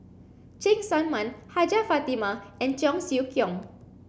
Cheng Tsang Man Hajjah Fatimah and Cheong Siew Keong